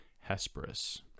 Hesperus